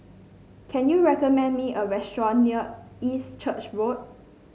can you recommend me a restaurant near East Church Road